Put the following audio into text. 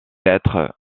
lettres